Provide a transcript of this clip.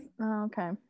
okay